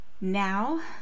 now